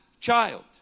child